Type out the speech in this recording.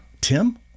tim